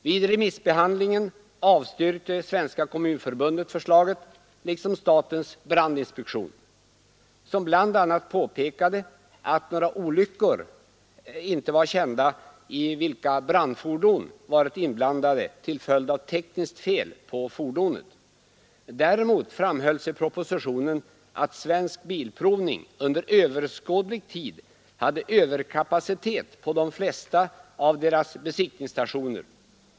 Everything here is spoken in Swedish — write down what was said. Vid remissbehandlingen avstyrkte Svenska kommunförbundet förslaget liksom statens brandinspektion, som bl.a. påpekade att några olyckor inte var kända, i vilka brandfordon varit inblandade till följd av tekniskt fel på fordonen. Däremot framhölls i propositionen att Svensk bilprovning under överskådlig tid hade överkapacitet på de flesta av sina besiktningsstationer.